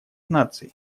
наций